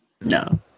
No